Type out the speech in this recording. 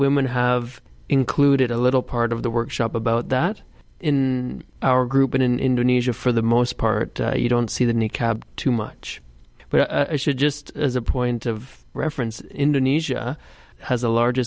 women have included a little part of the workshop about that in our group in an indonesian for the most part you don't see the need cab too much but i should just as a point of reference indonesia has the large